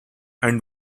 and